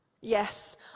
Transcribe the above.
Yes